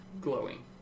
glowing